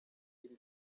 iri